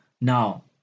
now